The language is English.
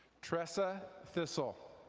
tressa thistle.